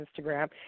Instagram